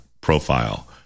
profile